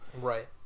Right